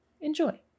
Enjoy